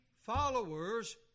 followers